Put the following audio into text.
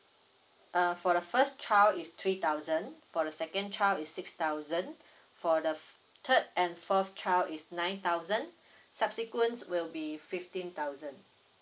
uh for the first child is three thousand for the second child is six thousand for the third and fourth child is nine thousand subsequent will be fifteen thousand